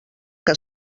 que